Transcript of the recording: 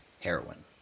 heroin